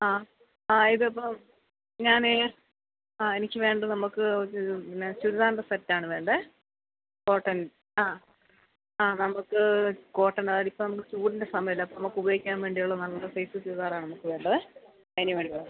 ആ ആ ഇതിപ്പോള് ഞാനെ ആ എനിക്ക് വേണ്ടി നമുക്ക് പിന്നെ ചുരിദാറിൻ്റെ സെറ്റാണ് വേണ്ടേ കോട്ടൻ ആ ആ നമുക്ക് കോട്ടനാണിപ്പോള് ചൂടിൻ്റെ സമയമല്ലേ അപ്പോള് നമുക്കുപയോഗിക്കാന് വേണ്ടിയുള്ള നല്ല സൈസ് ചുരിദാറാണ് നമുക്ക് വേണ്ടേ അതിനും വേണ്ടി